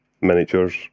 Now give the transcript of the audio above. miniatures